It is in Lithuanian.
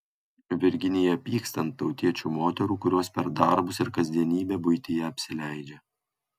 virginija pyksta ant tautiečių moterų kurios per darbus ir kasdienybę buityje apsileidžia